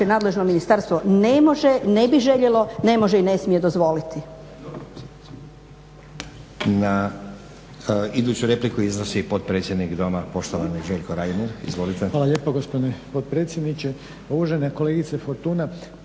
nadležno ministarstvo ne može, ne bi željelo, ne može i ne smije dozvoliti.